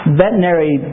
veterinary